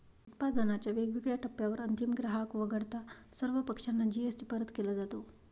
उत्पादनाच्या वेगवेगळ्या टप्प्यांवर अंतिम ग्राहक वगळता सर्व पक्षांना जी.एस.टी परत केला जातो